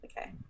okay